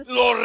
lo